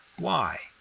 why?